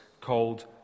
called